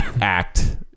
act